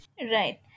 Right